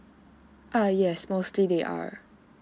err yes mostly they are